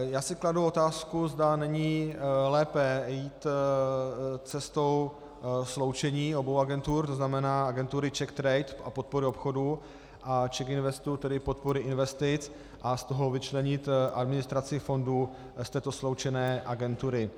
Já si kladu otázku, zda není lépe jít cestou sloučení obou agentur, tzn. agentury CzechTrade, tedy podpory obchodu, a CzechInvestu, tedy podpory investic, a z toho vyčlenit administraci fondu z této sloučené agentury.